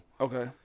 Okay